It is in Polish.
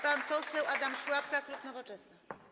Pan poseł Adam Szłapka, klub Nowoczesna.